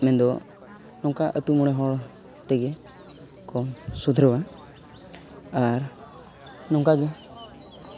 ᱢᱮᱱᱫᱚ ᱱᱚᱝᱠᱟ ᱟᱹᱛᱩ ᱢᱚᱬᱮ ᱦᱚᱲ ᱛᱮᱜᱮᱠᱚ ᱥᱩᱫᱷᱨᱟᱹᱣᱟ ᱟᱨ ᱱᱚᱠᱟᱜᱮ